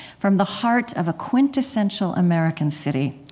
from the heart of a quintessential american city,